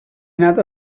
nata